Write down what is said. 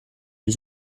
les